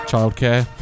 childcare